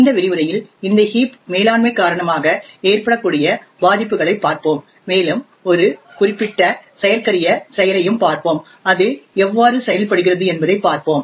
இந்த விரிவுரையில் இந்த ஹீப் மேலாண்மை காரணமாக ஏற்படக்கூடிய பாதிப்புகளைப் பார்ப்போம் மேலும் ஒரு குறிப்பிட்ட செயற்கரிய செயலையும் பார்ப்போம் அது எவ்வாறு செயல்படுகிறது என்பதைப் பார்ப்போம்